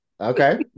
Okay